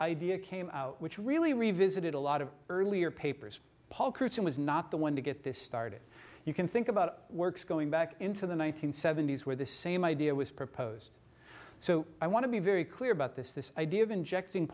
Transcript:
idea came out which really revisited a lot of earlier papers paul kurtz who was not the one to get this started you can think about works going back into the one nine hundred seventy s where the same idea was proposed so i want to be very clear about this this idea of injecting